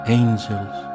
angels